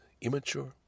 Immature